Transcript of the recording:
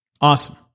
Awesome